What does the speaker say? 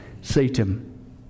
Satan